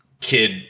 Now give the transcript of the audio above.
kid